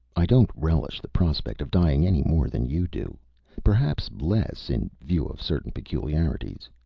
i don't relish the prospect of dying any more than you do perhaps less, in view of certain peculiarities!